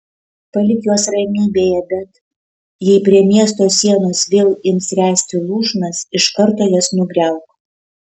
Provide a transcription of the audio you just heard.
palik juos ramybėje bet jei prie miesto sienos vėl ims ręsti lūšnas iš karto jas nugriauk